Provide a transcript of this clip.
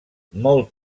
molt